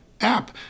app